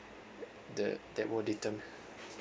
the that will determine